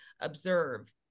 observe